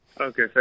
Okay